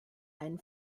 einen